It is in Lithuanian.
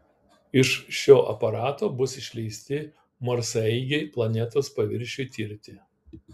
iš šio aparato bus išleisti marsaeigiai planetos paviršiui tirti